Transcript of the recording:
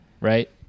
right